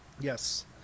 Yes